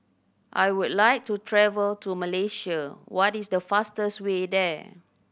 I would like to travel to Malaysia what is the fastest way there